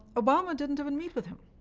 obama didn't even meet with him.